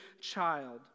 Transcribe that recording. child